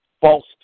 false